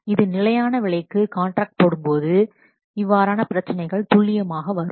இது நிலையான விலைக்கு காண்ட்ராக்ட் போடும்போது இவ்வாறான பிரச்சினைகள் துல்லியமாக வரும்